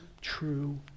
true